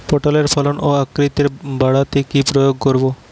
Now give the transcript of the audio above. পটলের ফলন ও আকৃতি বাড়াতে কি প্রয়োগ করব?